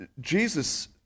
Jesus